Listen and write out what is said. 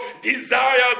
desires